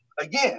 again